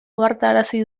ohartarazi